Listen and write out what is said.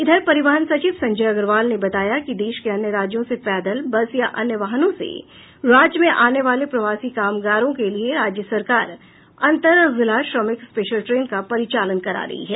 इधर परिवहन सचिव संजय अग्रवाल ने बताया कि देश के अन्य राज्यों से पैदल बस या अन्य वाहनों से राज्य में आने वाले प्रवासी कामगारों के लिये राज्य सरकार अंतरजिला श्रमिक स्पेशल ट्रेन का परिचालन करा रही है